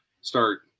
start